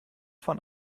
von